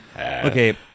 Okay